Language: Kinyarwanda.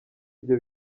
ibyo